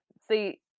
see